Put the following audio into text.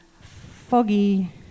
foggy